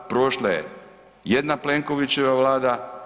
Prošla je jedna Plenkovićeva Vlada.